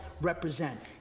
represent